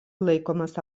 laikomas